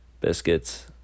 biscuits